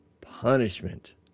punishment